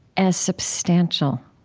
as substantial,